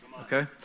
Okay